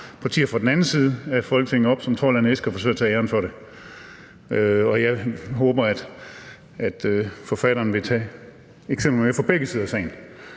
partier fra den anden side af Folketinget op som trold af en æske og forsøger at tage æren for det. Jeg håber, at forfatteren vil tage eksempler med fra begge sider af salen.